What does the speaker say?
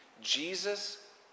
Jesus